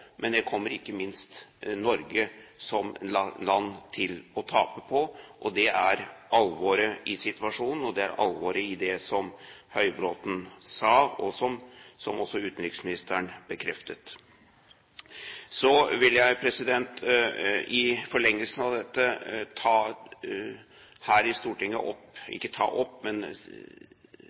Det er alvoret i situasjonen, og det er alvoret i det som Høybråten sa, og som også utenriksministeren bekreftet. Så vil jeg i forlengelsen av dette her i Stortinget